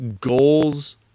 goals